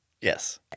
Yes